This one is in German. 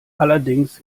allerdings